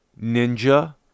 ninja